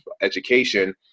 education